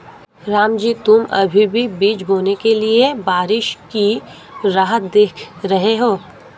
रामजी तुम अभी भी बीज बोने के लिए बारिश की राह देख रहे हो?